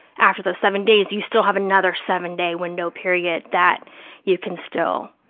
after those seven days, you still have another seven-day window period that you can still